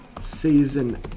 Season